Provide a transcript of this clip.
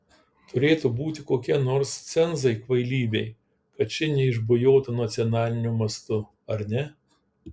turėtų būti kokie nors cenzai kvailybei kad ši neišbujotų nacionaliniu mastu ar ne